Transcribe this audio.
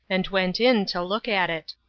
and went in to look at it.